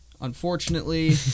Unfortunately